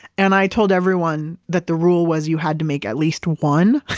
and i told everyone that the rule was you had to make at least one,